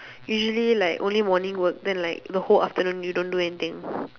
usually like only morning work then like the whole afternoon you don't do anything